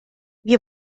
wir